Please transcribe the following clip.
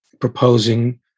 proposing